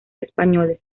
españoles